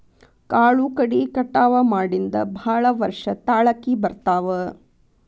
ಕಾಳು ಕಡಿ ಕಟಾವ ಮಾಡಿಂದ ಭಾಳ ವರ್ಷ ತಾಳಕಿ ಬರ್ತಾವ